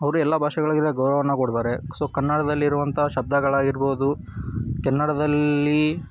ಅವರು ಎಲ್ಲ ಭಾಷೆಗಳಿಗೆಲ್ಲ ಗೌರವವನ್ನು ಕೊಡ್ತಾರೆ ಸೊ ಕನ್ನಡದಲ್ಲಿರುವಂಥ ಶಬ್ದಗಳಾಗಿರ್ಬೋದು ಕನ್ನಡದಲ್ಲಿ